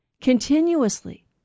continuously